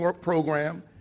program